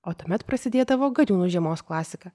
o tuomet prasidėdavo gariūnų žiemos klasika